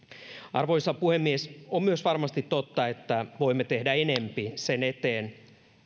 arvoisa puhemies on myös varmasti totta että voimme tehdä enemmän sen eteen